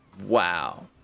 Wow